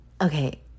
okay